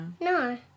No